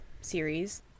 series